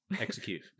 execute